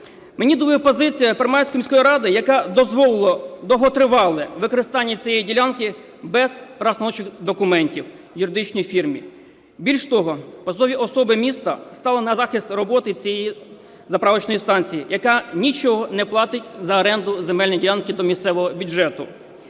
Мені довели позицію Первомайської міської ради, яка дозволила довготривале використання цієї ділянки без правоустановчих документів юридичній фірмі. Більш того, посадові особи міста встали на захист роботи цієї заправочної станції, яка нічого не платить за оренду земельної ділянки до місцевого бюджету.